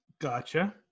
gotcha